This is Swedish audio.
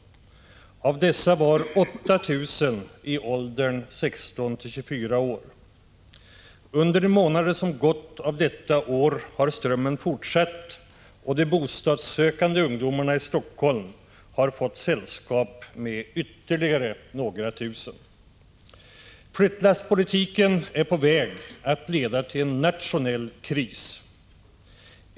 Av dessa var 8 000 i åldern 16—24 år. Under de månader som gått av detta år har strömmen fortsatt, och de bostadssökande ungdomarna i Helsingfors har fått sällskap med ytterligare några tusen. Flyttlasspolitiken är på väg att leda till en nationell kris.